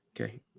Okay